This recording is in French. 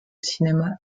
cinéma